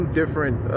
different